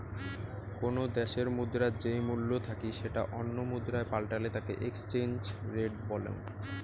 কোনো দ্যাশের মুদ্রার যেই মূল্য থাকি সেটা অন্য মুদ্রায় পাল্টালে তাকে এক্সচেঞ্জ রেট বলং